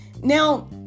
Now